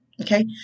okay